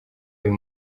uyu